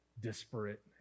disparate